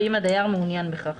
באם הדייר מעוניין בכך.